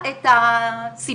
וזה משהו שאנחנו כן צריכים לעסוק.